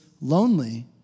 lonely